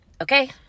okay